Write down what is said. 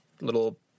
little